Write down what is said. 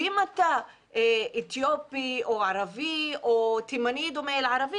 אם אתה אתיופי או ערבי או תימני דומה לערבי